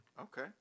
Okay